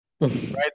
right